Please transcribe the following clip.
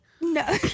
No